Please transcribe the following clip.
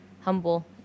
humble